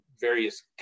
various